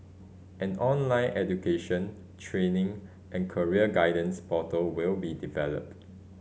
an online education training and career guidance portal will be developed